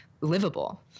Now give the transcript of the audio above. livable